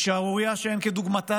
היא שערורייה שאין כדוגמתה,